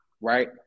right